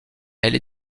elle